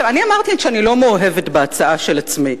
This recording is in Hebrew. אמרתי כל הזמן שאני לא מאוהבת בהצעה של עצמי,